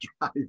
drive